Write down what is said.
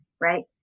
right